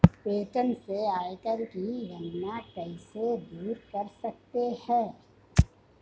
वेतन से आयकर की गणना कैसे दूर कर सकते है?